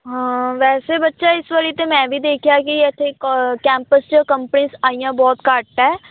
ਵੈਸੇ ਬੱਚਾ ਇਸ ਵਾਰੀ ਤਾਂ ਮੈਂ ਵੀ ਦੇਖਿਆ ਕਿ ਇੱਥੇ ਕ ਕੈਂਪਸ 'ਚ ਕੰਪਨੀਜ਼ ਆਈਆਂ ਬਹੁਤ ਘੱਟ ਹੈ